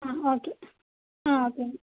ആ ഓക്കെ ആ ഓക്കെ